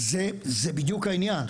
זה בדיוק העניין.